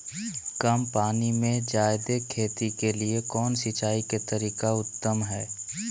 कम पानी में जयादे खेती के लिए कौन सिंचाई के तरीका उत्तम है?